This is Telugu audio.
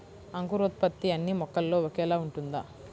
అంకురోత్పత్తి అన్నీ మొక్కల్లో ఒకేలా ఉంటుందా?